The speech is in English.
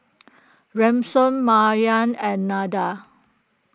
Ransom Maryann and Nada